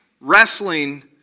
wrestling